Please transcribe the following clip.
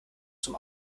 zum